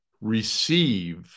receive